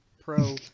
Pro